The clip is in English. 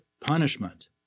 punishment